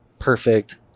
perfect